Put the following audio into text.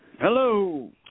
Hello